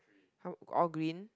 how all green